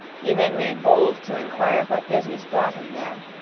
he then made bold to inquire what business brought him there.